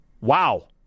Wow